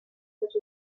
such